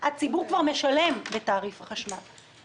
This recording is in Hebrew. הציבור כבר משלם בתעריף החשמל.